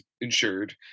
insured